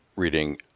reading